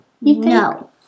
No